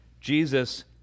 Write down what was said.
Jesus